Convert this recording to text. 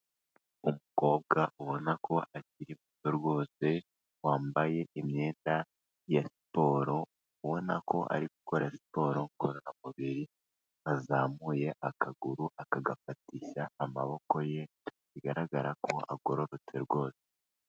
Umukobwa ubona ko akiri muto rwose wambaye imyenda ya siporo, ubona ko ari gukora siporo ngororamubiri, azamuye akaguru akagafatisha amaboko ye, bigaragara ko agororotse rwose.